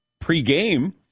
pre-game